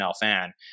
fan